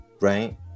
right